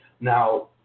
Now